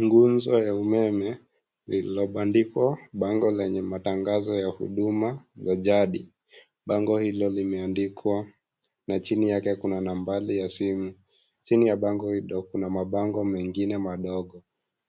Nguzo la umeme lililo bandikwa bango lenye matangazo ya huduma za jadi, bango hilo limeandikwa na chini yake kuna nambari za simu, chini ya bango hilo kuna mabango mengine madogo.